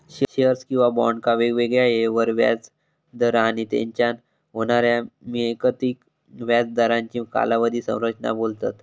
shares किंवा बॉन्डका वेगवेगळ्या येळेवर व्याज दर आणि तेच्यान होणाऱ्या मिळकतीक व्याज दरांची कालावधी संरचना बोलतत